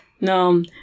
No